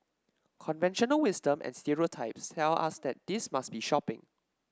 conventional wisdom and stereotypes tell us that this must be shopping